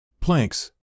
Planks